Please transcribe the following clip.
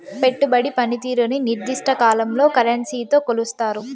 పెట్టుబడి పనితీరుని నిర్దిష్ట కాలంలో కరెన్సీతో కొలుస్తారు